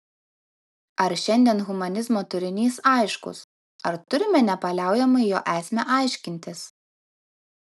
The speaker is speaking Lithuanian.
ar šiandien humanizmo turinys aiškus ar turime nepaliaujamai jo esmę aiškintis